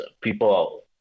people